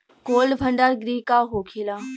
Cold भण्डार गृह का होखेला?